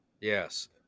yes